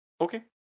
Okay